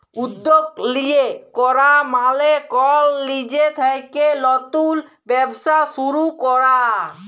উদ্যগ লিয়ে ক্যরা মালে কল লিজে থ্যাইকে লতুল ব্যবসা শুরু ক্যরা